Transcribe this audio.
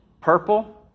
purple